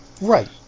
Right